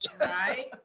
Right